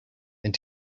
and